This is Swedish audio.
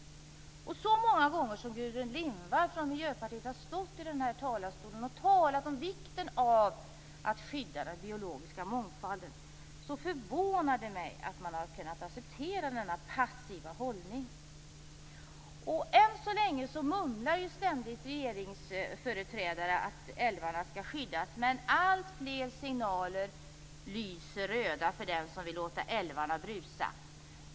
Med tanke på att Gudrun Lindvall från Miljöpartiet så många gånger stått i talarstolen och talat om vikten av att skydda den biologiska mångfalden förvånar det mig att hon har kunnat acceptera denna passiva hållning. Än så länge mumlar ständigt regeringsföreträdare att älvarna skall skyddas, men alltfler signaler lyser röda för den som vill låta älvarna brusa.